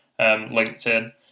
LinkedIn